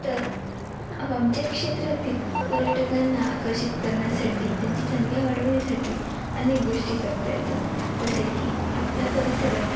तर आम आमच्या क्षेत्रातील पर्यटकांना आकर्षित करण्यासाठी त्यांची संख्या वाढवण्यासाठी अनेक गोष्टी करता येतात जसे की आपल्या परिसरात